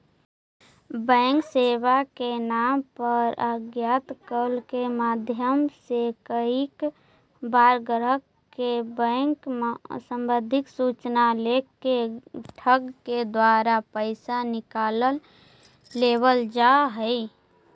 bank सेवा के नाम पर अज्ञात कॉल के माध्यम से कईक बार ग्राहक के बैंक संबंधी सूचना लेके ठग के द्वारा पैसा निकाल लेवल जा हइ